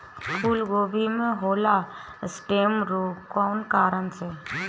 फूलगोभी में होला स्टेम रोग कौना कारण से?